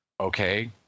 okay